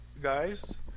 guys